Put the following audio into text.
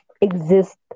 exist